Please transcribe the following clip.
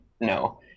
no